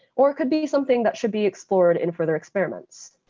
or it could be something that should be explored in further experiments.